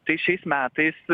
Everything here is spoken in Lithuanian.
tai šiais metais